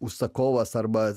užsakovas arba